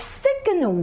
second